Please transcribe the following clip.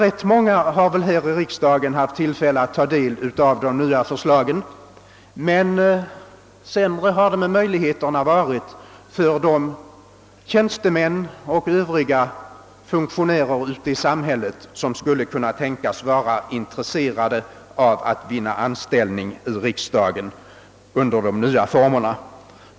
Ganska många här i riksdagen bör alltså ha haft tillfälle att från och med andra remissdagen ta del av förslaget. Sämre har det varit med möjligheterna för de tjänstemän och andra ute i samhället som skulle kunna tänkas vara intresserade av att vinna anställning i riksdagen under de nya formerna.